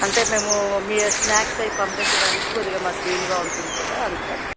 అంటే మేము మీ స్నాక్స్ అవి పంపించడానికి కొద్దిగా మాకు వీలుగా ఉంటుంది కదా అందుకని